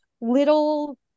little